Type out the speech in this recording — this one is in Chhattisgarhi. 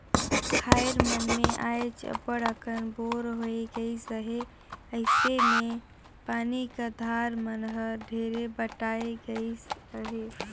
खाएर मन मे आएज अब्बड़ अकन बोर होए गइस अहे अइसे मे पानी का धार मन हर ढेरे बटाए गइस अहे